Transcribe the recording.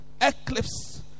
Eclipse